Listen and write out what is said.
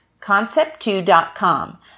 concept2.com